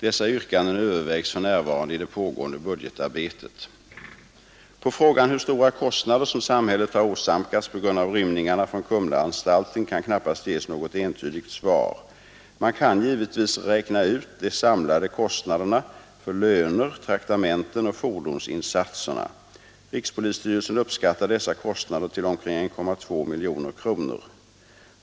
Dessa yrkanden övervägs för närvarande i det pågående budgetarbetet. På frågan hur stora kostnader som samhället har åsamkats på grund av rymningarna från Kumlaanstalten kan knappast ges något entydigt svar. Man kan givetvis räkna ut de samlade kostnaderna för löner, traktamenten och fordonsinsatserna. Rikspolisstyrelsen uppskattar dessa kostnader till omkring 1,2 miljoner kronor.